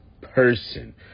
person